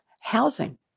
Housing